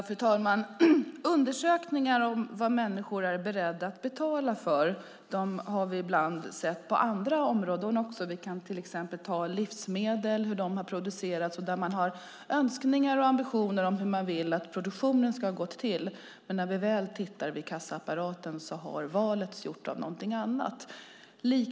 Fru talman! Undersökningar om vad människor är beredda att betala för har vi ibland sett på andra områden, till exempel hur livsmedel har producerats och där man har önskningar och ambitioner om hur man vill att produktionen ska ha gått till. Men när vi väl tittar vid kassaapparaten har valet styrts av något annat.